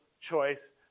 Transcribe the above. choice